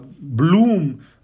bloom